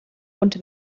und